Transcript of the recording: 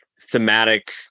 thematic